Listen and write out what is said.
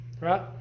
right